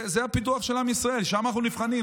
זה הפיתוח של עם ישראל, שם אנחנו נבחנים.